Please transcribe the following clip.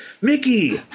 Mickey